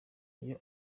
iyo